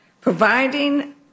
providing